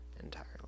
Entirely